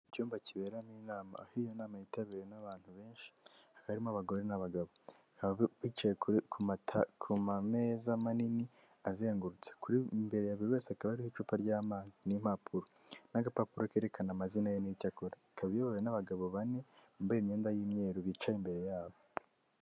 Mu cyumba kiberamo inama aho iyo nama yitabiriwe n'abantu benshi harimo abagore n'abagabo bicaye kuma kumameza manini azengurutse mbere ya buri wese akaba ari icupa ryamazi n'impapuro n'agapapuro kerekana amazina ye n'icyo akora ikaba iyobowe n'abagabo bane bambaye imyenda y'umweru bicaye imbere yabo.